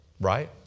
Right